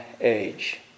age